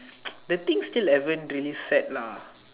the things still hasn't really set lah